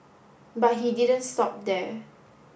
but he didn't stop there